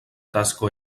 tasko